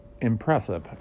impressive